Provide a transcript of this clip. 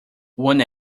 one